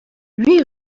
rue